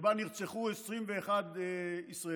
שבה נרצחו 21 ישראלים,